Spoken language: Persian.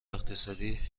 اقتصادی